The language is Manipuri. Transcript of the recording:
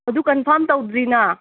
ꯑꯗꯨ ꯀꯝꯐꯥꯝ ꯇꯧꯗ꯭ꯔꯤꯅ